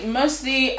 mostly